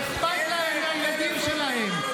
אכפת להם מהילדים שלהם.